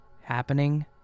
happening